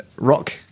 Rock